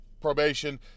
probation